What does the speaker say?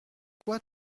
quoi